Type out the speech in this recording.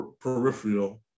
peripheral